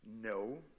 no